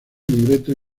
libreto